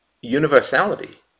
universality